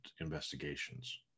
investigations